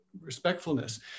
respectfulness